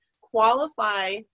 qualify